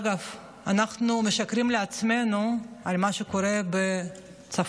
אגב, אנחנו משקרים לעצמנו על מה שקורה בצפון